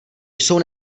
jsou